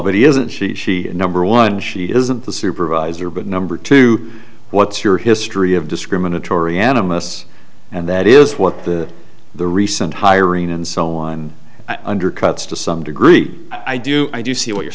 but isn't she she number one she isn't the supervisor but number two what's your history of discriminatory animists and that is what the the recent hiring and so on and undercuts to some degree i do i do see what you're